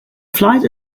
flight